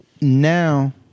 now